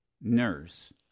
nurse